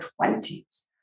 20s